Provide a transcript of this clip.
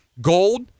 Gold